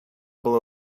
below